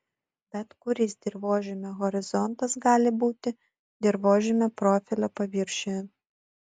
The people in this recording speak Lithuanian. bet kuris dirvožemio horizontas gali būti dirvožemio profilio paviršiuje